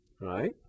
right